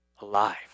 alive